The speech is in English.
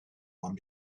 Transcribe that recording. one